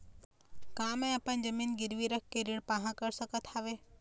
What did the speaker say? का मैं अपन जमीन गिरवी रख के ऋण पाहां कर सकत हावे?